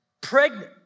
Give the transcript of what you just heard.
pregnant